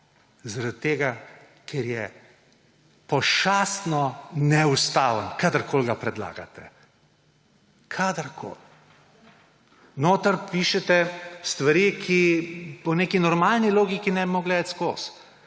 Zaradi tega ker je pošastno neustaven, kadarkoli ga predlagate. Kadarkoli. Notri pišete stvari, ki po neki normalni logiki ne bi mogle iti skozi.